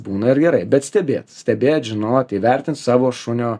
būna ir gerai bet stebėt stebėt žinot įvertint savo šunio